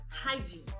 hygiene